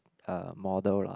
uh model lah